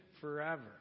forever